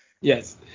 Yes